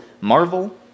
Marvel